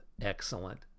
excellent